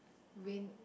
win